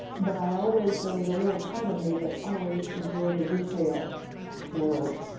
but i always, there was a little part of me that always enjoyed the retail world.